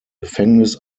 gefängnis